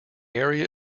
area